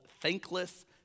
thankless